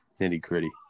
nitty-gritty